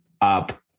up